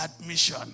admission